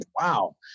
wow